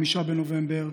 5 בנובמבר,